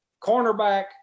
cornerback